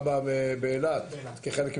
תודה.